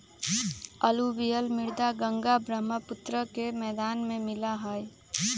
alluvial मृदा गंगा बर्ह्म्पुत्र के मैदान में मिला हई